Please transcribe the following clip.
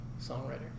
songwriter